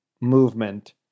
movement